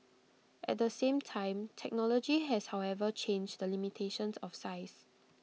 at the same time technology has however changed the limitations of size